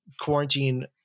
quarantine